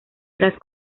tras